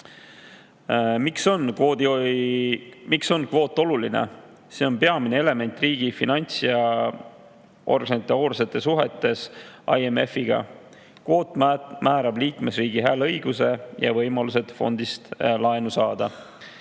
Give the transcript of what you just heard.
on kvoot oluline? See on peamine element riigi finants‑ ja organisatoorsetes suhetes IMF‑iga. Kvoot määrab liikmesriigi hääleõiguse ja võimalused fondist laenu saada.